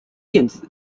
电子